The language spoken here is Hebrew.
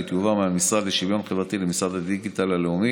זה לא מס ישיר וזה לא תפקידו,